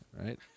Right